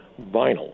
vinyl